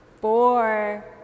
four